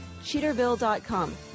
Cheaterville.com